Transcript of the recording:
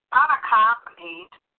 unaccompanied